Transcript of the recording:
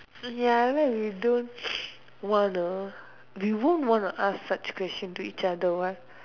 ya lah you don't wanna you won't wanna ask such question to each other what